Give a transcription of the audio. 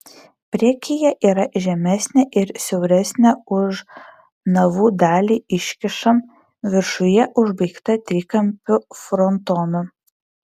priekyje yra žemesnė ir siauresnė už navų dalį iškyša viršuje užbaigta trikampiu frontonu